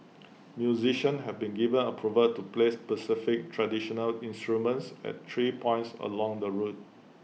musicians have been given approval to play specified traditional instruments at three points along the route